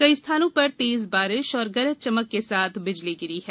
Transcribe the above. कई स्थानों पर तेज बारिश और गरज चमक के साथ बिजली गिरी है